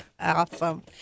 Awesome